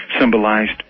symbolized